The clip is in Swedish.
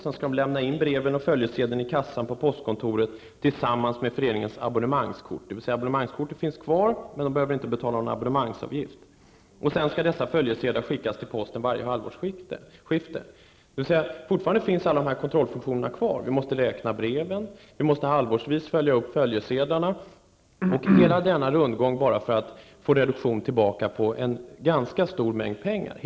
Sedan skall breven och följesedeln lämnas in i kassan på postkontoret tillsammans med föreningens abonnemangskort. Abonnemangskortet finns kvar, men någon abonnemangsavgift behöver inte betalas. Sedan skall dessa följesedlar skickas till posten varje halvårsskifte. Fortfarande finns alla dessa kontrollfunktioner kvar. Vi måste räkna breven, och vi måste halvårsvis följa upp följesedlarna. Hela denna rundgång för att få en reduktion tillbaka på en ganska stor mängd pengar.